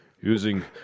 using